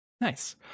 Nice